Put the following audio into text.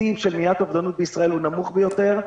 התקציב למניעת אובדנות בישראל הוא נמוך ביותר,